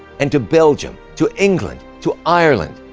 and to belgium, to england, to ireland,